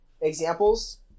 Examples